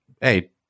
Hey